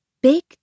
Big